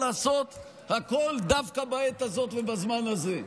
לעשות הכול דווקא בעת הזאת ובזמן הזה.